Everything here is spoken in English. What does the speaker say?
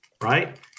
right